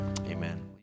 Amen